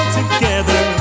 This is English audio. together